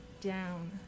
down